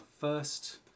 first